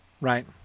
right